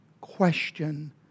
question